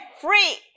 free